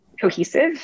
cohesive